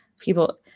people